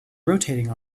rotating